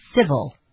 civil